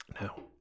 No